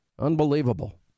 Unbelievable